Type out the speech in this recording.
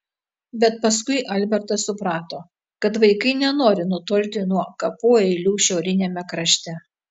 bet paskui albertas suprato kad vaikai nenori nutolti nuo kapų eilių šiauriniame krašte